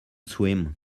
swim